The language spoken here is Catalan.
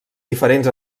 diferents